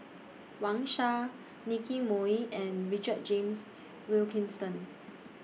Wang Sha Nicky Moey and Richard James Wilkinson